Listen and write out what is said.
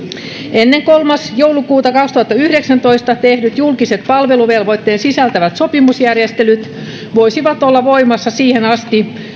ennen kolmas joulukuuta kaksituhattayhdeksäntoista tehdyt julkisen palveluvelvoitteen sisältävät sopimusjärjestelyt voisivat olla voimassa siihen asti